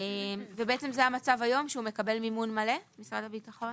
זה המצב היום שהוא מקבל מימון מלא, משרד הביטחון?